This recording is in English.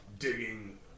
Digging